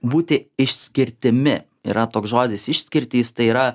būti išskirtimi yra toks žodis išskirtys tai yra